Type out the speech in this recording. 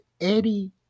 Eddie